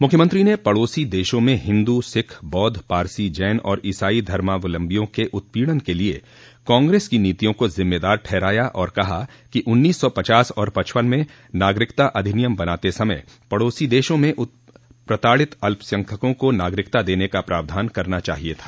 मुख्यमंत्री ने पड़ोसी देशों म हिन्दू सिख बौद्घ पारसी जैन और ईसाई धर्मावलम्बियों के उत्पीड़न के लिए कांग्रेस की नीतियों को जिम्मेदार ठहराया और कहा कि उन्नीस सौ पचास और पचपन में नागरिकता अधिनियम बनाते समय पड़ोसी देशों में प्रताड़ित अल्पसंख्कों को नागरिकता देने का प्रावधान करना चाहिए था